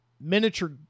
miniature